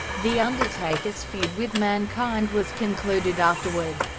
the undertaker's feud with mankind was concluded afterward,